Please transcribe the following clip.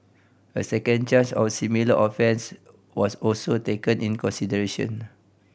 a second charge of a similar offence was also taken in consideration